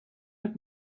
have